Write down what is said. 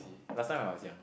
last time when I was young